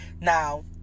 Now